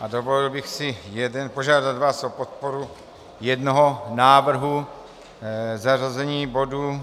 A dovolil bych si požádat vás o podporu jednoho návrhu zařazení bodu.